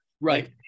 right